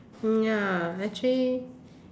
mm ya actually